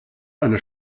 eine